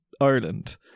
Ireland